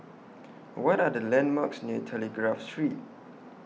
What Are The landmarks near Telegraph Street